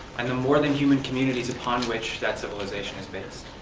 and the more-than-human communities upon which that civilization is based.